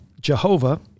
Jehovah